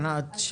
ענת,